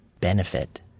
benefit